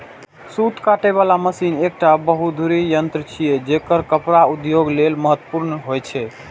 सूत काटे बला मशीन एकटा बहुधुरी यंत्र छियै, जेकर कपड़ा उद्योग लेल महत्वपूर्ण होइ छै